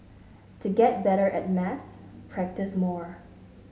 to get better at maths practise more